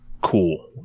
Cool